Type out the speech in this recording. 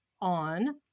on